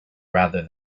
rather